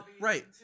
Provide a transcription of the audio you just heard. Right